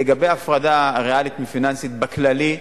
לגבי הפרדה ריאלית מפיננסית בכללי,